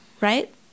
right